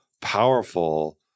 powerful